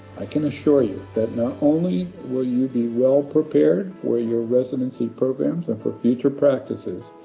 i can assure you that not only will you be well-prepared for your residency programs and for future practices.